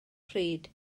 pryd